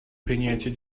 принятия